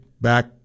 back